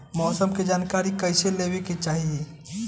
मौसम के जानकारी कईसे लेवे के चाही?